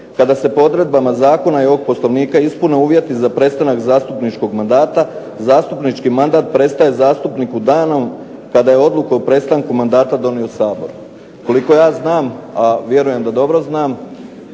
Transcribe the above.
Kada se po odredbama zakona i ovog Poslovnika ispune uvjeti za prestanak zastupničkog mandata zastupnički mandat prestaje zastupniku danom kada je odluka o prestanku mandata donio Sabor. Koliko ja znam, a vjerujem da dobro znam,